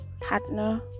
Partner